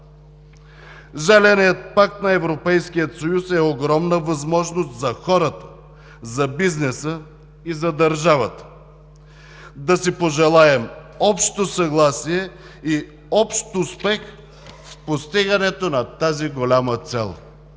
Зеленият пакт на Европейския съюз е огромна възможност за хората, за бизнеса и за държавата. Да си пожелаем общо съгласие и общ успех в постигането на тази голяма цел.